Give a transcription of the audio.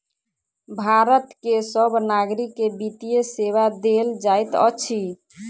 भारत के सभ नागरिक के वित्तीय सेवा देल जाइत अछि